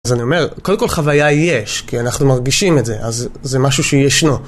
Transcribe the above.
אז אני אומר, קודם כל, חוויה יש, כי אנחנו מרגישים את זה, אז זה משהו שישנו.